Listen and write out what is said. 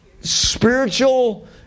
Spiritual